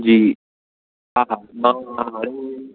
जी हा मां हाणे